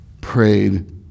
Prayed